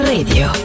Radio